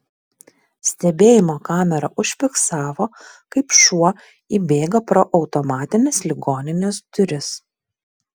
stebėjimo kamera užfiksavo kaip šuo įbėga pro automatines ligoninės duris